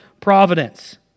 providence